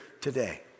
today